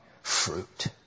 fruit